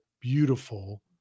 beautiful